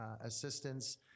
assistance